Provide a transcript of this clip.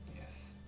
Yes